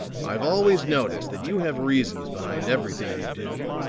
i've always noticed that you have reasons behind everything you do,